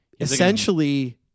essentially